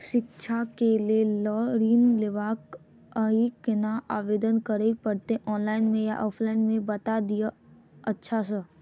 शिक्षा केँ लेल लऽ ऋण लेबाक अई केना आवेदन करै पड़तै ऑनलाइन मे या ऑफलाइन मे बता दिय अच्छा सऽ?